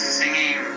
singing